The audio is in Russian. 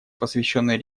посвященной